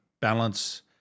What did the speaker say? balance